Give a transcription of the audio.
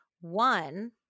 One